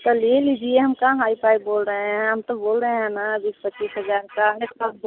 तो ले लीजिए हम कहाँ हाई फाई बोल रहे हैं हम तो बोल रहे है ना बीस पच्चीस हज़ार का